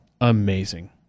Amazing